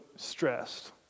stressed